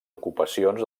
ocupacions